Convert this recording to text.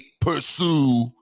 pursue